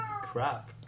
crap